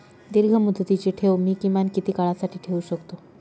दीर्घमुदतीचे ठेव मी किमान किती काळासाठी ठेवू शकतो?